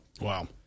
Wow